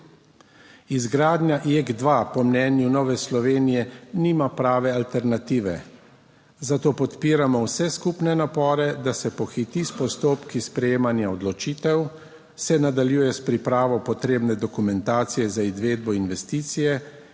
Izgradnja JEK2 po mnenju Nove Slovenije nima prave alternative, zato podpiramo vse skupne napore, da se pohiti s postopki sprejemanja odločitev, se nadaljuje s pripravo potrebne dokumentacije za izvedbo investicije